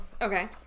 Okay